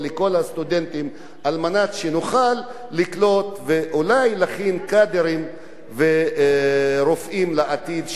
על מנת שנוכל לקלוט ואולי להכין קאדרים ורופאים לעתיד שימשיכו